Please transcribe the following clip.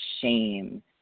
shame